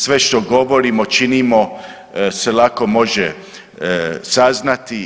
Sve što govorimo, činimo se lako može saznati.